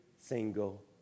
single